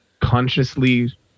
consciously